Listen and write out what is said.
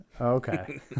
Okay